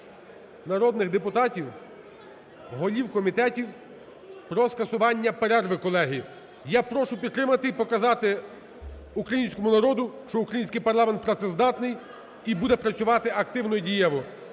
народних депутатів, голів комітетів про скасування перерви, колеги. Я прошу підтримати і показати українському народу, що український парламент працездатний і буде працювати активно і дієво.